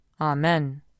Amen